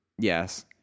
yes